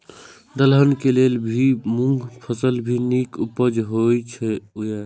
दलहन के लेल भी मूँग फसल भी नीक उपजाऊ होय ईय?